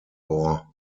war